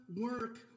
work